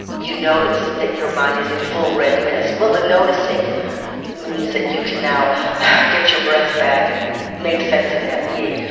you notice that your mind is in full red mist. well, the noticing means that you can now get your breath back and make sense in that meeting,